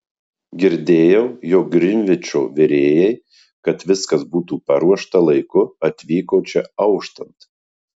girdėjau jog grinvičo virėjai kad viskas būtų paruošta laiku atvyko čia auštant